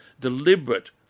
deliberate